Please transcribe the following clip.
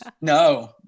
no